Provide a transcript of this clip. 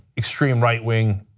extreme right-wing